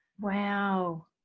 Wow